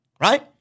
right